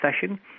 session